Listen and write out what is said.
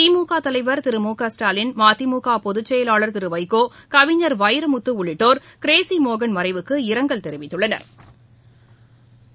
திமுகதலைவர் திரு மு க ஸ்டாலின் மதிமுகபொதுச்செயலாளர் திருவைகோ கவிஞர் வைரமுத்துஉள்ளிட்டோர் கிரேஸிமோகனின் மறைவுக்கு இரங்கல் தெரிவித்துள்ளனா்